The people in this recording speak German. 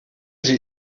sie